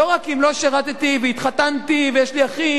לא רק אם לא שירתתי והתחתנתי ויש לי אחים